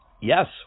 Yes